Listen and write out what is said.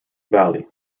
valley